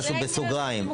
משהו בסוגריים,